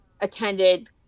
attended